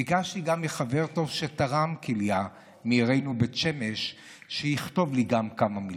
ביקשתי גם מחבר טוב שתרם כליה מעירנו בית שמש שיכתוב לי גם כמה מילים,